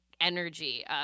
energy